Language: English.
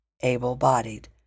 able-bodied